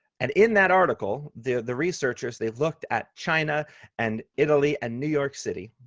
and in that article, the the researchers, they've looked at china and italy and new york city.